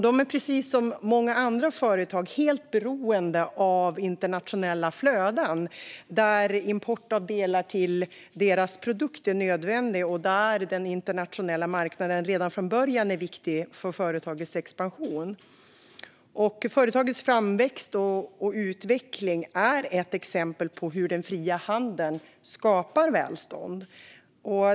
De är precis som många andra företag helt beroende av internationella flöden, där import av delar till deras produkt är nödvändig och där den internationella marknaden redan från början är viktig för företagets expansion. Företagets framväxt och utveckling är ett exempel på hur den fria handeln skapar välstånd.